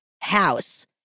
house